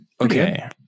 okay